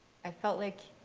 i felt like